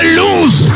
lose